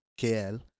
KL